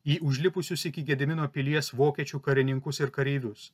į užlipusius iki gedimino pilies vokiečių karininkus ir kareivius